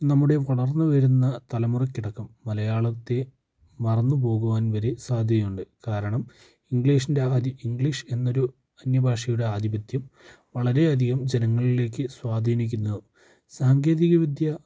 നമ്മുടെ വളർന്നു വരുന്ന തലമുറക്ക് അടക്കം മലയാളത്തെ മറന്നു പോകുവാൻ വരെ സാധ്യതയുണ്ട് കാരണം ഇംഗ്ലീഷിൻ്റെ ആദ്യ ഇംഗ്ലീഷ് എന്നൊരു അന്യഭാഷയുടെ ആധിപിത്യം വളരെ അധികം ജനങ്ങളിലേക്ക് സ്വാധീനിക്കുന്നു സാങ്കേതികവിദ്യ